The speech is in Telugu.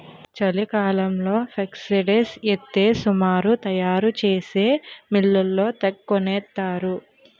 చలికాలంలో ఫేక్సీడ్స్ ఎత్తే సమురు తయారు చేసే మిల్లోళ్ళు తెగకొనేత్తరు